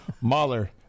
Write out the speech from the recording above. Mahler